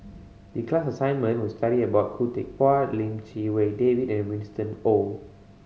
the class assignment was to study about Khoo Teck Puat Lim Chee Wai David and Winston Oh